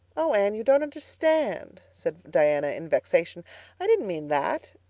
oh, anne, you don't understand, said diana in vexation i didn't mean that.